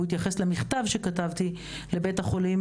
הוא התייחס למכתב שכתבתי לבית חולים